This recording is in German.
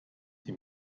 die